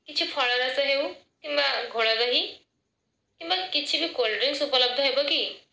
କିଛି ଫଳ ରସ ହେଉ କିମ୍ବା ଘୋଳ ଦହି କିମ୍ବା କିଛି ବି କୋଲ୍ଡ ଡ୍ରିଙ୍କସ୍ ଉପଲବ୍ଧ ହେବ କି